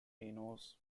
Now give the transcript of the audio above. enos